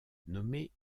nommée